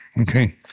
okay